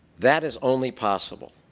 that is only possible,